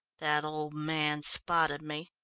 that old man spotted me.